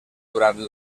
durant